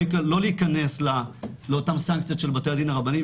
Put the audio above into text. להיכנס לאותן סנקציות של בתי הדין הרבניים,